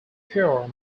pure